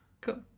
Cool